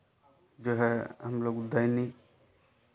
जो है हम लोग दैनिक